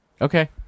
okay